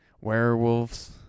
werewolves